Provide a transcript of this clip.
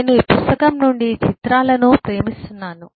నేను పుస్తకం నుండి ఈ చిత్రాలను ప్రేమిస్తున్నాను